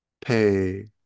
pay